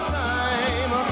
time